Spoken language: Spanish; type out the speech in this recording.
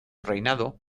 reinado